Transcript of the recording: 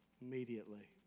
immediately